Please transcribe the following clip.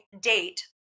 date